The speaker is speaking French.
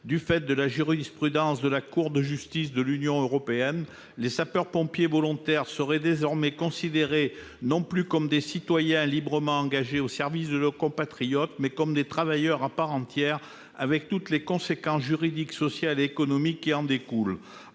du fait de la jurisprudence de la Cour de justice de l'Union européenne, les sapeurs-pompiers volontaires seraient désormais considérés non plus comme des citoyens librement engagés au service de nos compatriotes, mais comme des travailleurs à part entière, avec toutes les conséquences juridiques, sociales et économiques qui en découlent.